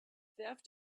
theft